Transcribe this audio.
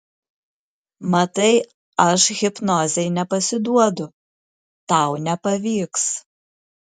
matai aš hipnozei nepasiduodu tau nepavyks